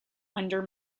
under